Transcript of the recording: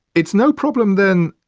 it's no problem then,